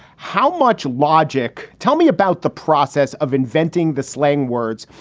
how much logic? tell me about the process of inventing the slang words.